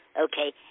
Okay